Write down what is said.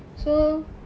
so